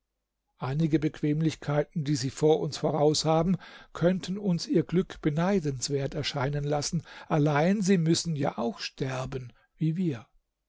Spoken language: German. einige bequemlichkeiten die sie vor uns voraus haben könnten uns ihr glück beneidenswert erscheinen lassen allein sie müssen ja auch sterben wie wir